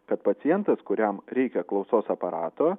kad pacientas kuriam reikia klausos aparato